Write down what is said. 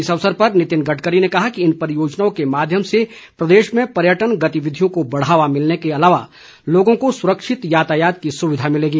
इस अवसर पर नितिन गडकरी ने कहा कि इन परियोजनाओं के माध्यम से प्रदेश में पर्यटन गतिविधियों को बढ़ावा मिलने के अलावा लोगों को सुरक्षित यातायात की सुविधा मिलेगी